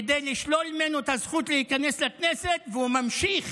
כדי לשלול ממנו את הזכות להיכנס לכנסת, והוא ממשיך